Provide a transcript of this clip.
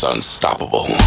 Unstoppable